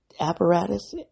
apparatus